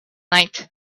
night